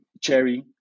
Cherry